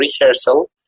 rehearsal